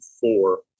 four